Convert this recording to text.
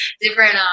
different